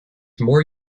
more